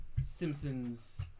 Simpsons